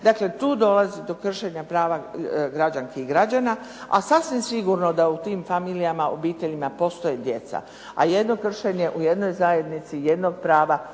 Dakle, tu dolazi do kršenja prava građanki i građana a sasvim sigurno da u tim familijama, obiteljima postoje djeca. A jedno kršenje u jednoj zajednici, jednog prava